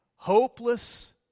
hopeless